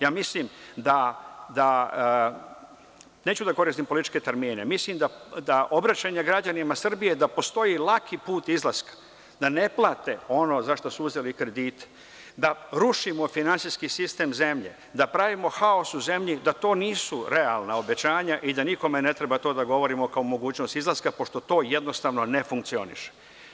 Ja mislim da, neću da koristim političke termine, obraćanje građanima Srbije da postoji laki put izlaska, da ne plate ono za šta su uzeli kredite, da rušimo finansijski sistem zemlje, da pravimo haos u zemlji, nisu realna obećanja i da nikome ne treba to da govorimo kao mogućnost izlaska, pošto to jednostavno ne funkcioniše.